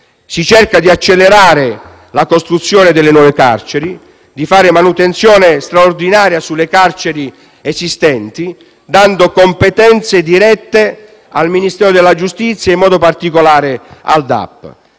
si cerca di accelerare la costruzione di nuove carceri e di fare manutenzione straordinaria su quelle esistenti, dando competenze dirette al Ministero della giustizia, in modo particolare al DAP.